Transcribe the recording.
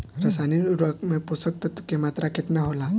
रसायनिक उर्वरक मे पोषक तत्व के मात्रा केतना होला?